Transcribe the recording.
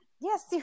yes